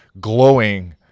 glowing